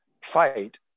fight